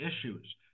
issues